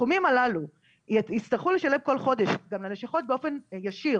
הסכומים הללו יצטרכו לשלם כל חודש גם ללשכות באופן ישיר